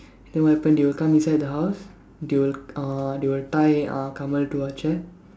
then what happen they will come inside the house they will uh they will tie uh Kamal to a chair